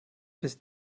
bist